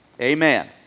Amen